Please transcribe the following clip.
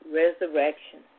resurrection